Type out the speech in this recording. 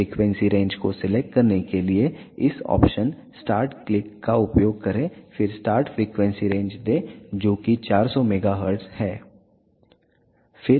frequency range को select करने के लिए इस ऑप्शन स्टार्ट क्लिक का उपयोग करें फिर स्टार्ट फ़्रीक्वेंसी रेंज दे जो कि 400 MHz है